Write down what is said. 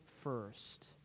first